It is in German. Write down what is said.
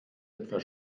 etwas